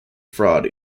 fraud